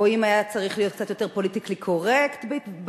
או אם היה צריך להיות קצת יותר פוליטיקלי-קורקט בהתבטאויותיו,